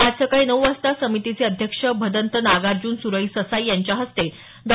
आज सकाळी नऊ वाजता समितीचे अध्यक्ष भदंत नागार्जन सुरई ससाई यांच्या हस्ते डॉ